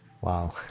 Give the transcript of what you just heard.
Wow